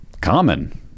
Common